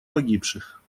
погибших